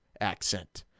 accent